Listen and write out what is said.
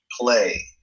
Play